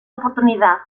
oportunidad